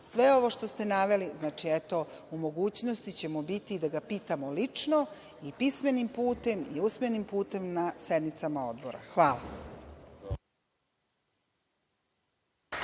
ovo što ste naveli bićemo u mogućnosti da ga pitamo lično i pismenim putem i usmenim putem na sednicama Odbora. Hvala.